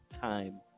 time